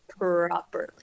Properly